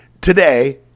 Today